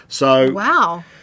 Wow